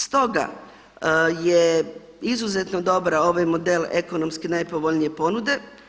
Stoga je izuzetno dobar ovaj model ekonomski najpovoljnije ponude.